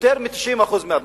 יותר מ-90% מאדמותיה,